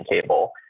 table